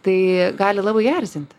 tai gali labai erzinti